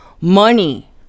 money